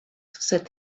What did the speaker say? said